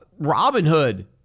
Robinhood